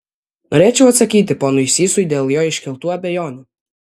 norėčiau atsakyti ponui sysui dėl jo iškeltų abejonių